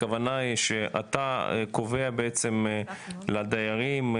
הכוונה היא שאתה קובע בעצם לדיירים,